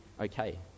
Okay